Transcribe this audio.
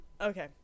Okay